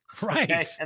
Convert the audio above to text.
Right